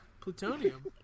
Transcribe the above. plutonium